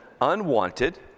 unwanted